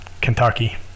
kentucky